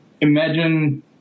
imagine